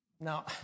Now